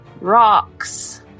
rocks